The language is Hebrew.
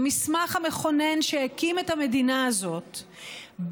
המסמך המכונן שהקים את המדינה הזאת,